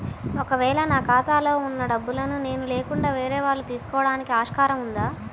ఒక వేళ నా ఖాతాలో వున్న డబ్బులను నేను లేకుండా వేరే వాళ్ళు తీసుకోవడానికి ఆస్కారం ఉందా?